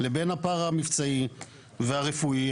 לבין הפער המבצעי והרפואי,